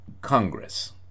Congress